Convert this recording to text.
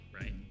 right